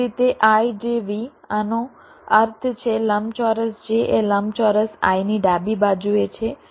એ જ રીતે ijV આનો અર્થ છે લંબચોરસ j એ લંબચોરસ i ની ડાબી બાજુએ છે